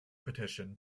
petition